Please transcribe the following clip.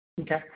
Okay